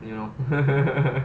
you know